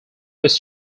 was